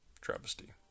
travesty